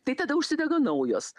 tai tada užsidega naujos